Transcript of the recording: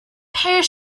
pair